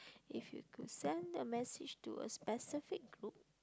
if you could send a message to a specific group